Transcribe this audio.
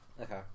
Okay